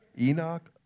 Enoch